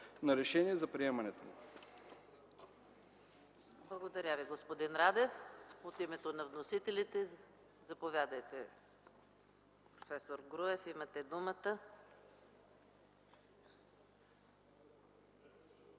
на решение за приемането му.”